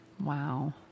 Wow